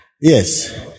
Yes